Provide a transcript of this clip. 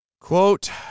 Quote